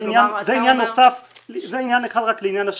זה ענין אחד רק לעניין השקיפות.